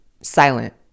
silent